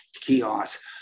kiosk